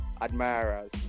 admirers